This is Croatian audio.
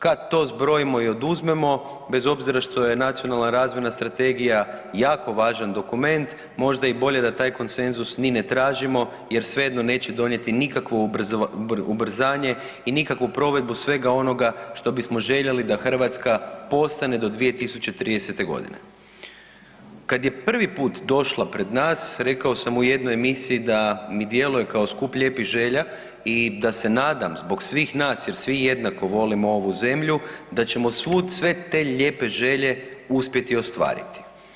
Kad to zbrojimo i oduzmemo, bez obzira što je Nacionalna razvojna strategija jako važan dokument, možda i bolje da taj konsenzus ni ne tražimo jer svejedno neće donijeti nikakvo ubrzanje i nikakvu provedbu svega onoga što bismo željeli da Hrvatska postane do 2030. g. Kad je prvi put došla pred nas, rekao sam u jednoj emisiji da mi djeluje kao skup lijepih želja i da se nadam zbog svih nas, jer svi jednako volimo ovu zemlju, da ćemo sve te lijepe želje uspjeti ostvariti.